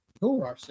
Cool